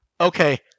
Okay